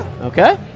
Okay